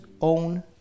own